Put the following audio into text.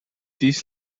dies